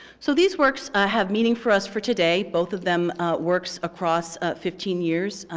so these works have meaning for us for today, both of them works across ah fifteen years,